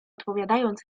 odpowiadając